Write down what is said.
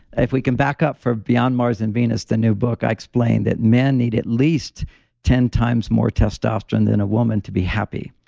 if we can back up for beyond mars and venus, the new book, i explained that men need at least ten times more testosterone than a woman to be happy.